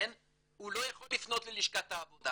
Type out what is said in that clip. הוא לא יכול לפנות ללשכת העבודה